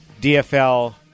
DFL